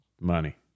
Money